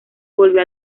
volvió